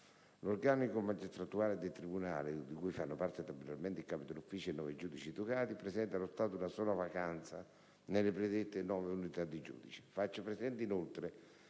L'organico magistratuale del tribunale, di cui fanno parte tabellarmente il capo dell'ufficio e nove giudici togati, presenta, allo stato, una sola vacanza nelle predette nove unità di giudice. Faccio presente, inoltre,